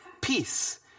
peace